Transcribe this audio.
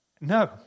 No